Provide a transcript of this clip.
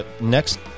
next